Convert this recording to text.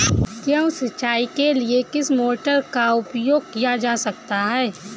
गेहूँ सिंचाई के लिए किस मोटर का उपयोग किया जा सकता है?